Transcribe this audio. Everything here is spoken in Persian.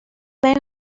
برین